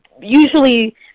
usually